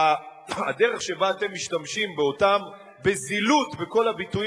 והדרך שבה אתם משתמשים בזילות בכל הביטויים